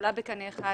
כעולה בקנה אחד